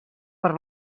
per